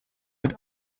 wird